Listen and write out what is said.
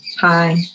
Hi